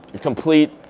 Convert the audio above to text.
complete